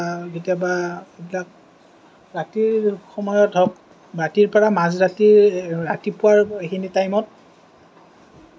কেতিয়াবা এইবিলাক ৰাতিৰ সময়ত ধৰক ৰাতিৰ পৰা মাজৰাতি ৰাতিপুৱাৰ এইখিনি টাইমত